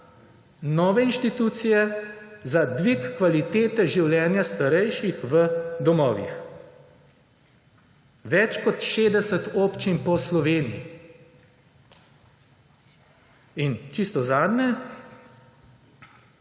nove inštitucije, za dvig kvalitete življenja starejših v domovih. Več kot 60 občin po Sloveniji. In čisto zadnje.